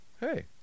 Hey